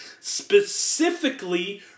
specifically